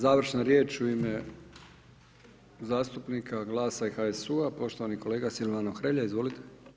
Završna riječ u ime zastupnika GLASA-a i HSU-a, poštovani kolega Silvano Hrelja, izvolite.